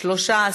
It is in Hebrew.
נתקבלה.